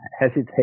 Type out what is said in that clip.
Hesitate